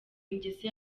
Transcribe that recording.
ingeso